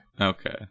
okay